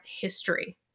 history